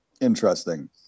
Interesting